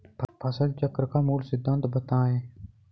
फसल चक्र का मूल सिद्धांत बताएँ?